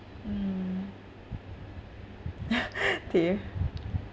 mm tame